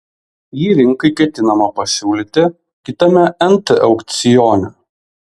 jį rinkai ketinama pasiūlyti kitame nt aukcione